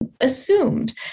assumed